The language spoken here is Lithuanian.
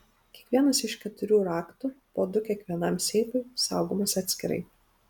kiekvienas iš keturių raktų po du kiekvienam seifui saugomas atskirai